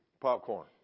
popcorn